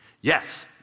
Yes